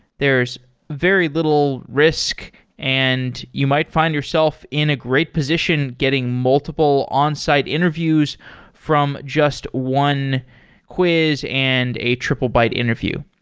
there's very little risk and you might find yourself in a great position getting multiple on-site interviews from just one quiz and a triplebyte interview.